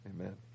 amen